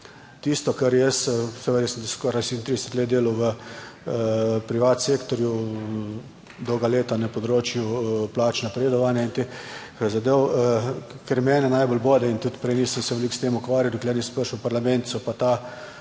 Tisto kar jaz, jaz sem skoraj 37 let delal v privat sektorju, dolga leta na področju plač, napredovanja in teh zadev. Kar mene najbolj bode in tudi prej, nisem se veliko s tem ukvarjal, dokler nisem prišel v parlament, so pa ta